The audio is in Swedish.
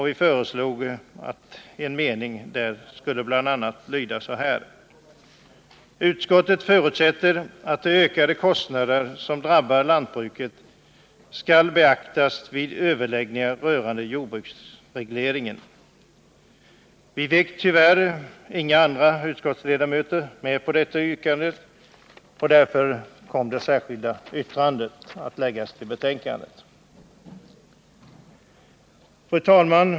Vi föreslog bl.a. att en mening skulle lyda så här: Utskottet förutsätter att de ökade kostnader som drabbar lantbruket beaktas vid överläggningar rörande jordbruksprisregleringen. Vi fick tyvärr inga andra utskottsledamöter med på detta yrkande, och därför kom det särskilda yttrandet att fogas till betänkandet. Fru talman!